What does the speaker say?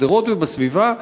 בשדרות ובסביבה,